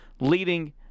leading